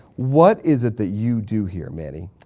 what is it that you do here manny?